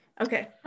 Okay